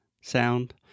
sound